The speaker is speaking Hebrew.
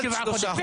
עד לשבעה חודשים.